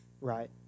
right